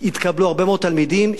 התקבלו הרבה מאוד תלמידים,